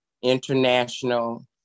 International